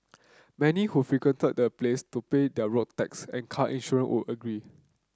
many who frequented the place to pay their road taxe and car insurance would agree